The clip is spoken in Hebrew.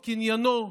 קניינו,